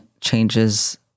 changes